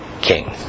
king